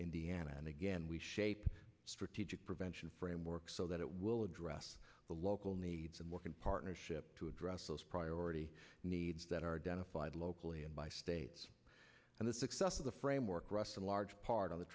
indiana and again we shape strategic prevention framework so that it will address the local needs and work in partnership to address those priority needs that are identified locally and by states and the success of the framework rust a large part of the